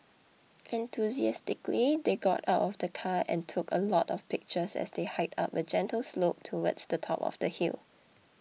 enthusiastically they got out of the car and took a lot of pictures as they hiked up a gentle slope towards the top of the hill